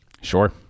Sure